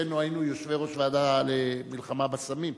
שלושתנו היינו יושבי-ראש הוועדה למלחמה בסמים.